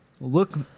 look